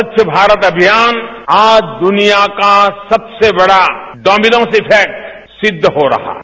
खच्छ भारत अभियान आज दुनिया का सबसे बड़ा डोमिनोज इफैक्ट सिद्व हो रहा है